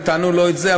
נתנו לו את זה,